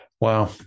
Wow